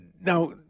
now